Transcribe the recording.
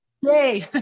Yay